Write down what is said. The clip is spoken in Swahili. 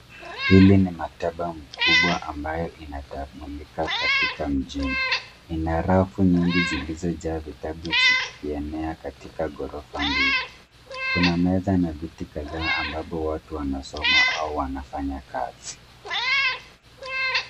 Hili ni maktaba mkubwa ambayo inatambulika katika mjini. Ina rafu nyingi zilizojaa bidhaa vitabu zikienea katika ghorofa mbili, kuna meza na viti kadhaa ambapo watu wanasoma au wanafanya kazi.